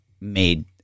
made